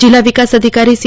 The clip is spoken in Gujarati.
જિલ્લા વિકાસ અધિકારી સી